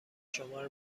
شمار